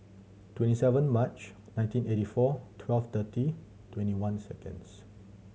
twenty seven March nineteen eighty four twelve thirty twenty one seconds